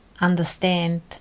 understand